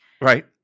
Right